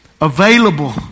available